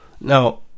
Now